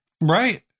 Right